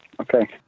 Okay